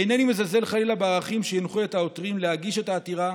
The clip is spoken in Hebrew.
אינני מזלזל חלילה בערכים שהנחו את העותרים להגיש את העתירה,